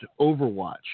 overwatch